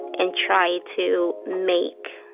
and try to make